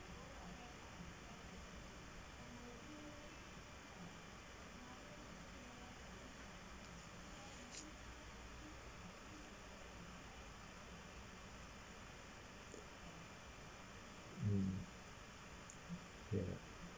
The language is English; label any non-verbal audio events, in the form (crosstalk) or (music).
(breath) mm ya